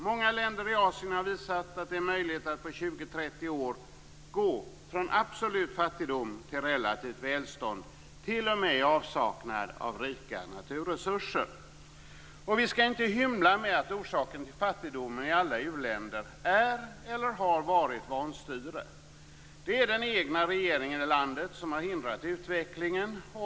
Många länder i Asien har visat att det är möjligt att på 20-30 år gå från absolut fattigdom till relativt välstånd - t.o.m. i avsaknad av rika naturresurser. Vi skall inte hymla med att orsaken till fattigdomen i alla u-länder är eller har varit vanstyre. Det är den egna regeringen i landet som har hindrat utvecklingen.